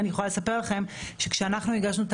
אני יכולה לספר לכם שכשאנחנו הגשנו את